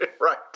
Right